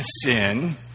sin